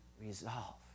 resolve